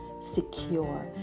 secure